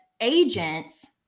agents